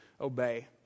obey